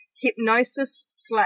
hypnosis